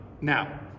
Now